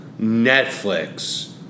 Netflix